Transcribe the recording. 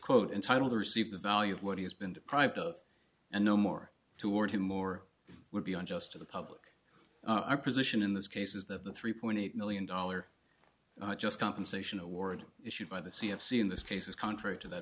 quote entitled to receive the value of what he has been deprived of and no more toward him or would be unjust to the public our position in this case is that the three point eight million dollar just compensation award issued by the c of c in this case is contrary to that